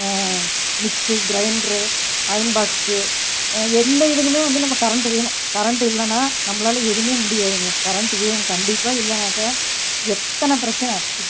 mixie grinder iron box எந்த இதுக்குமே நம்ம வந்து கரண்டு வேணும் கரண்டு இல்லைனா நம்மளால் எதுவுமே முடியாதுங்க கரண்டு வேணும் கண்டிப்பாக இல்லைனாக்க எத்தனை பிரச்சனை